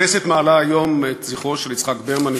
הכנסת מעלה היום את זכרו של יצחק ברמן,